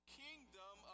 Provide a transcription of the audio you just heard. kingdom